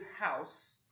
house